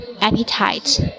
appetite